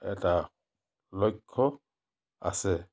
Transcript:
এটা লক্ষ্য আছে